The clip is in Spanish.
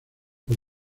por